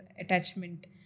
attachment